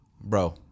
Bro